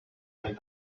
and